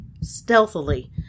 stealthily